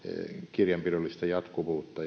kirjanpidollista jatkuvuutta